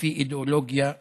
לפי אידיאולוגיה זו.